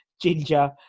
ginger